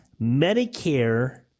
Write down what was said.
Medicare